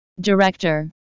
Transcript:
Director